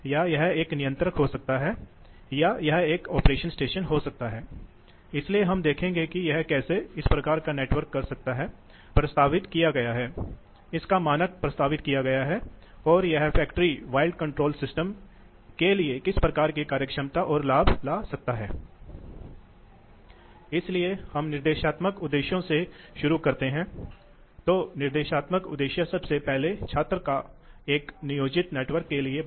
तो प्रवाह गैस या तरल पदार्थ का हो सकता है इसलिए हमारे पास या तो हमारे पास पंखे या ब्लोअर है या हमारे पास पंप हैं पंखे ब्लोअर और पंप एक विशाल गठन करते हैं भार का एक बहुत महत्वपूर्ण अंश है जो मोटर्स और मोटर्स द्वारा संचालित होते हैं जो उद्योग में बड़ी मात्रा में बिजली का उपभोग करते हैं